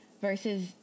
versus